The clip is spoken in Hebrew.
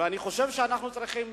ואני חושב שאנחנו צריכים